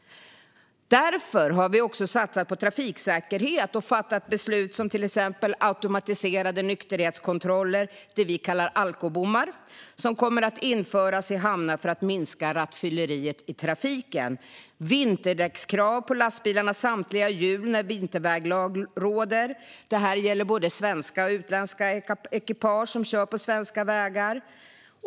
Därför har vi också satsat på trafiksäkerhet och fattat beslut om till exempel automatiserade nykterhetskontroller - det vi kallar alkobommar - som kommer att införas i hamnar för att minska rattfylleriet i trafiken. Vidare har vi infört vinterdäckskrav på lastbilarnas samtliga hjul när vinterväglag råder. Detta gäller både svenska och utländska ekipage som kör på svenska vägar.